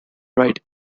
ride